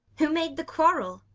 who made the quarrel?